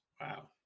wow